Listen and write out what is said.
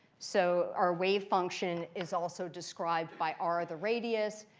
so our wave function is also described by r, the radius,